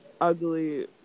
ugly